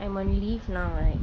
I'm on leave now right